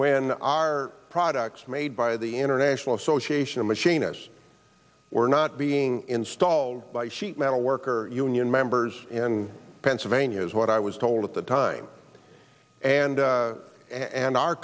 when our products made by the international association of machinists were not being installed by sheet metal worker union members in pennsylvania is what i was told at the time and and